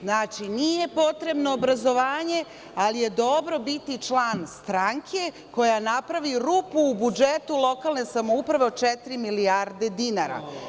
Znači, nije potrebno obrazovanje, ali je dobro biti član stranke koja napravi rupu u budžetu lokalne samouprave od četiri milijarde dinara.